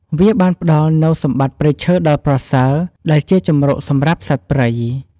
វាបានផ្តល់នូវសម្បត្តិព្រៃឈើដ៏ប្រសើរ ដែលជាជំរកសម្រាប់សត្វព្រៃ។